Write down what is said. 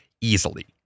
easily